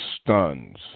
stuns